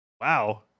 wow